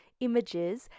images